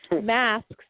masks